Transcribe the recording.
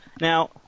Now